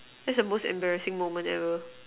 that's the most embarrassing moment ever